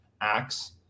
acts